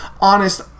honest